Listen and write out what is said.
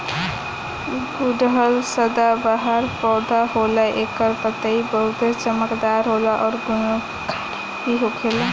गुड़हल सदाबाहर पौधा होला एकर पतइ बहुते चमकदार होला आ गुणकारी भी होखेला